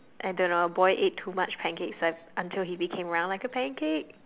I don't know a boy ate too much pancakes until he became round like a pancake